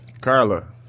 Carla